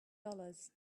dollars